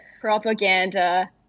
propaganda